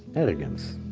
arrogant.